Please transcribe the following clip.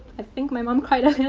i think my mom cried